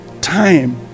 time